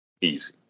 Easy